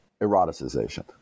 eroticization